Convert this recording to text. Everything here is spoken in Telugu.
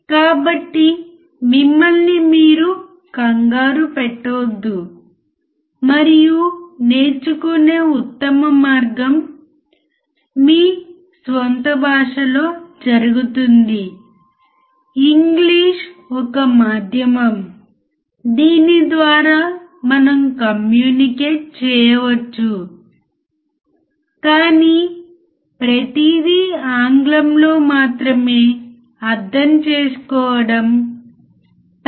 కాబట్టి మీరు క్రొత్త పరిభాషలను విన్నప్పుడు దానిని బఫర్ అని ఎందుకు పిలుస్తారు అని అర్థం చేసుకోవడానికి ప్రయత్నించండి యూనిటీ గెయిన్ యాంప్లిఫైయర్ ఎందుకు దాని పాత్ర ఏమిటి